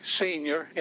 senior